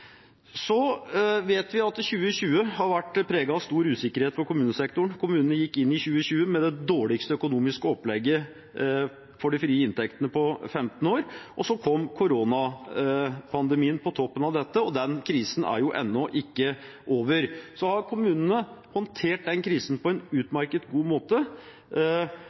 vet at 2020 har vært preget av stor usikkerhet i kommunesektoren. Kommunene gikk inn i 2020 med det dårligste økonomiske opplegget for de frie inntektene på 15 år. Så kom koronapandemien på toppen av det, og den krisen er ennå ikke over. Kommunene har håndtert den krisen på en utmerket og god måte.